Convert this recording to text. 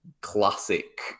classic